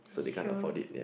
true